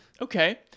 Okay